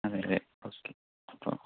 അതേയല്ലെ okay അപ്പോൾ